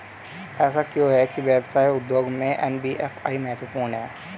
ऐसा क्यों है कि व्यवसाय उद्योग में एन.बी.एफ.आई महत्वपूर्ण है?